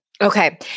Okay